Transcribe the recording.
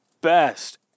best